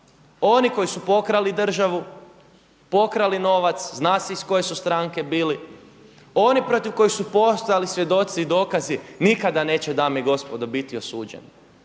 Oni koji su pokrali državu, pokrali novac, zna se iz koje su stranke bili, oni protiv kojih su postojali svjedoci i dolazi nikada neće dame i gospodo biti osuđeni,